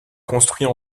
construit